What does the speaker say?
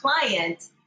client